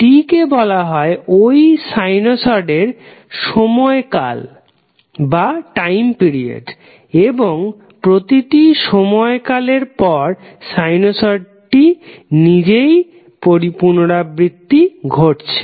T কে বলা হয় ওই সাইনসডের সময়কাল এবং প্রতিটি সময়কালের পর সাইনসডটির নিজেরই পুনরাবৃত্তি ঘটছে